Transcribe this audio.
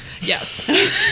yes